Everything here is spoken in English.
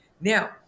now